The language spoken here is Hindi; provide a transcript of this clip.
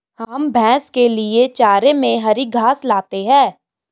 हम भैंस के लिए चारे में हरी घास लाते हैं